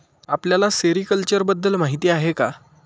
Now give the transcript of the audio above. आपल्याला सेरीकल्चर बद्दल माहीती आहे का?